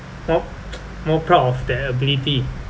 mor~ more proud of that ability